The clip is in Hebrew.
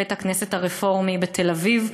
בית-הכנסת הרפורמי בתל-אביב.